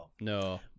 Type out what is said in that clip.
No